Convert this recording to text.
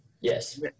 yes